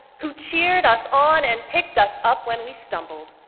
who cheered us on and picked us up when we stumbled.